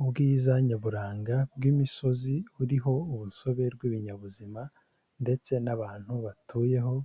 Ubwiza nyaburanga bw'imisozi buriho urusobe rw'ibinyabuzima ndetse n'abantu batuyeho,